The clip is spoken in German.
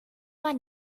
man